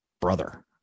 brother